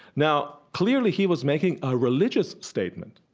now, clearly he was making a religious statement,